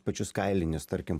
pačius kailinius tarkim